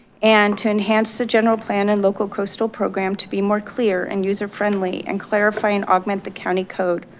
and to enhance the general plan and local coastal program to be more clear and user friendly and clarifying augment the county code,